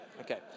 Okay